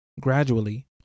Gradually